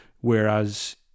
Whereas